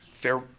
Fair